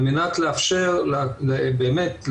על מנת לאפשר באמת,